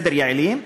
יעילים,